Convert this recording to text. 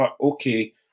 okay